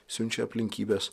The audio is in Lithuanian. siunčia aplinkybes